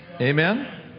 Amen